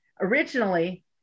originally